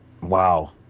wow